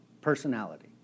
personality